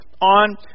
on